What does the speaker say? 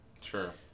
Sure